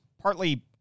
partly